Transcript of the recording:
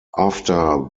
after